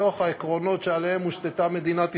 מתוך העקרונות שעליהם הושתתה מדינת ישראל: